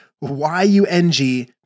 Y-U-N-G